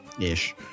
ish